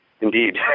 Indeed